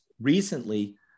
recently